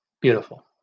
Beautiful